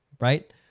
right